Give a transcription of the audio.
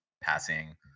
passing